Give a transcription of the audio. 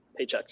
paychecks